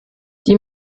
die